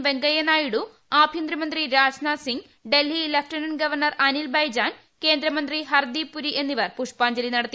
വെങ്കയ്യനായിഡു ആഭ്യന്തരമന്ത്രി Rajnath Singh Delhi lieutenant governor Anil Baijal കേന്ദ്രമന്ത്രി ഹർദ്ദീപ് പുരി എന്നിവർ പുഷ്പാഞ്ജലി നടത്തി